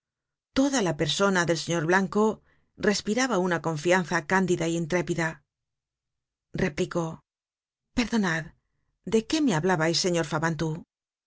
toda la persona del señor blanco respiraba una confianza cándida é intrépida replicó perdonad de qué me hablábais señor fabantou os